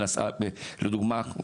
לדוגמא,